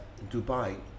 Dubai